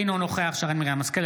אינו נוכח שרן מרים השכל,